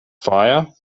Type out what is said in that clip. fire